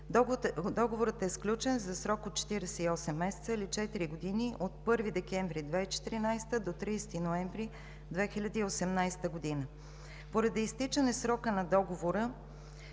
Договорът е сключен за срок от 48 месеца или четири години – от 1 декември 2014 г. до 30 ноември 2018 г. Поради изтичане срока на договора